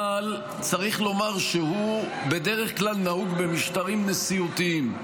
אבל צריך לומר שהוא בדרך כלל נהוג במשטרים נשיאותיים,